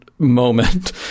moment